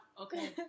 okay